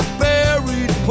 buried